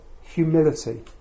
humility